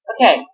Okay